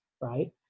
right